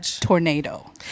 tornado